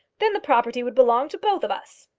then the property would belong to both of us.